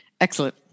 Excellent